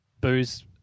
booze